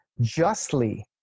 justly